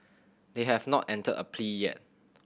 they have not entered a plea yet